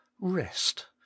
Rest